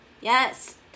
Yes